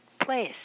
place